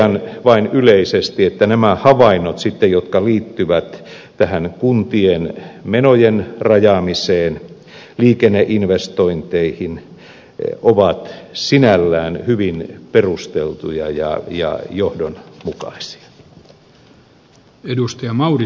totean vain yleisesti että nämä havainnot jotka liittyvät kuntien menojen rajaamiseen liikenneinvestointeihin ovat sinällään hyvin perusteltuja ja johdonmukaisia